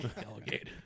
Delegate